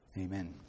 Amen